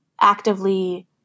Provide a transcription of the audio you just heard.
actively